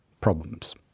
problems